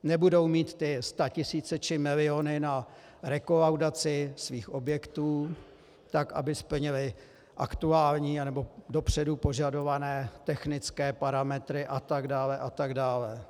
Nebudou mít statisíce či miliony na rekolaudaci svých objektů, aby splnili aktuálně nebo dopředu požadované technické parametry, a tak dále a tak dále.